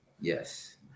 Yes